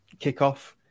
kickoff